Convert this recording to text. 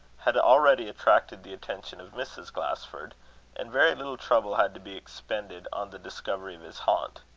had already attracted the attention of mrs. glasford and very little trouble had to be expended on the discovery of his haunt.